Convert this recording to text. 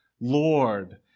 Lord